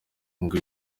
ngo